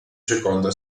seconda